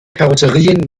karosserien